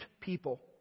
people